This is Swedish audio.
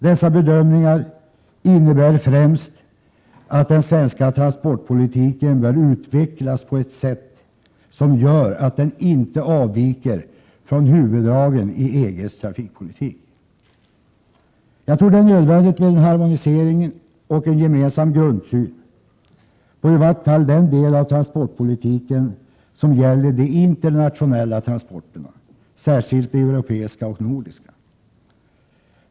Dessa bedömningar innebär främst att den svenska transportpolitiken bör utvecklas på ett sätt som gör att den inte avviker från huvuddragen i EG:s trafikpolitik. Jag tror det är nödvändigt med en harmonisering och en gemensam grundsyn på i vart fall den del av transportpolitiken som gäller de internationella transporterna, särskilt de europeiska och de nordiska.